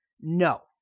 No